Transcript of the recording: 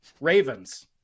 Ravens